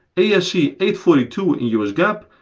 a s c eight four two in us gaap,